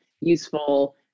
useful